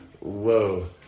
Whoa